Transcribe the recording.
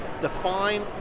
define